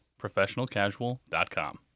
ProfessionalCasual.com